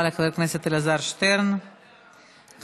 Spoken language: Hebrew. די ,